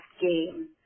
game